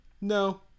No